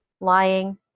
lying